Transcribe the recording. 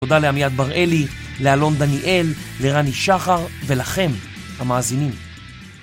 תודה לעמיעד בר-אלי, לאלון דניאל, לרני שחר ולכם, המאזינים.